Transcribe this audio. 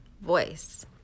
Voice